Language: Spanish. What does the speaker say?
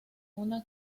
una